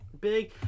big